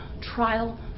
trial